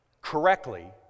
correctly